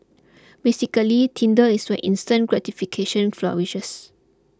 basically Tinder is where instant gratification flourishes